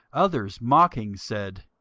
others mocking said,